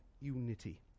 unity